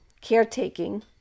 caretaking